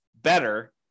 better